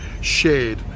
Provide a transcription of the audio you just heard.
shared